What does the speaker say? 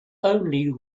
only